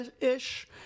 ish